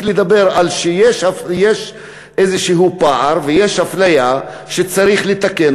לדבר על זה שיש איזה פער ויש אפליה שצריך לתקן,